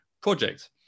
project